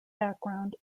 background